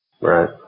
Right